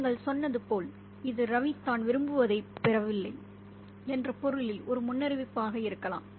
நீங்கள் சொன்னது போல் இது ரவி தான் விரும்புவதைப் பெறப்போவதில்லை என்ற பொருளில் ஒரு முன்னறிவிப்பாக இருக்கலாம்